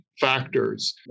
factors